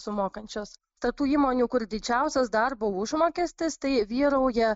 sumokančios tarp tų įmonių kur didžiausias darbo užmokestis tai vyrauja